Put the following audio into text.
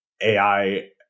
AI